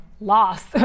lost